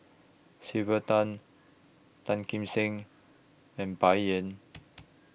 Sylvia Tan Tan Kim Seng and Bai Yan